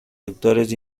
actores